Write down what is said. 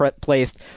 placed